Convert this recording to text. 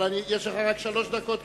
אבל יש לך רק שלוש דקות,